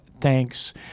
thanks